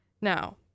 Now